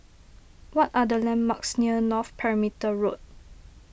what are the landmarks near North Perimeter Road